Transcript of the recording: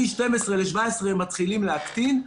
מ-12 ל-17 הם מתחילים להקטין.